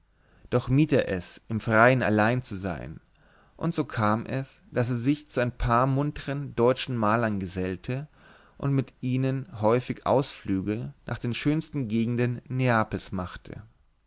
doch mied er es im freien allein zu sein und so kam es daß er sich zu ein paar muntern deutschen malern gesellte und mit ihnen häufig ausflüge nach den schönsten gegenden neapels machte